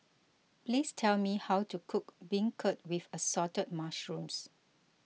please tell me how to cook Beancurd with Assorted Mushrooms